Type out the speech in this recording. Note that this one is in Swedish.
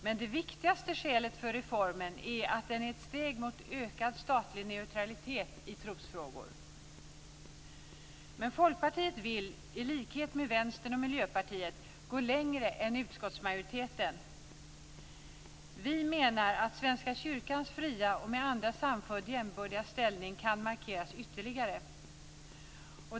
Men det viktigaste skälet för reformen är att den är ett steg mot ökad statlig neutralitet i trosfrågor. Folkpartiet vill dock, i likhet med Vänstern och Miljöpartiet, gå längre än utskottsmajoriteten. Vi menar att Svenska kyrkans fria och med andra samfund jämbördiga ställning kan markeras ytterligare.